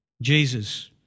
Jesus